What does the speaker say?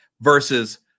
versus